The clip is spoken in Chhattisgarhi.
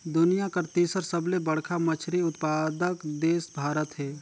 दुनिया कर तीसर सबले बड़खा मछली उत्पादक देश भारत हे